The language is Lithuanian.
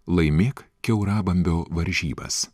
laimėk kiaurabambio varžybas